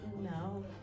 no